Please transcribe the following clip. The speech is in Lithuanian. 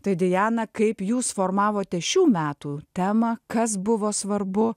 tai diana kaip jūs formavote šių metų temą kas buvo svarbu